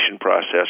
process